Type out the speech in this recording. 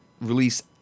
release